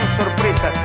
sorpresa